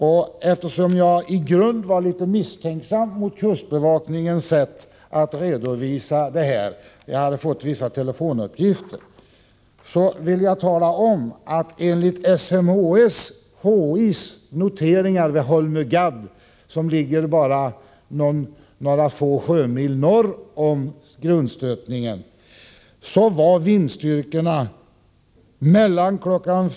Och eftersom jag var litet misstänksam mot kustbevakningens redovisning — jag hade fått vissa telefonuppgifter — har jag varit i kontakt med SMHI. Enligt SMHI:s noteringar vid Holmögadd — bara några få sjömil norr om grundstötningsplatsen — var vindstyrkorna mellan kl.